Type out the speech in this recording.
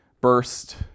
burst